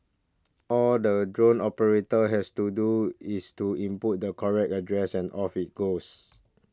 all the drone operator has to do is to input the correct address and off it goes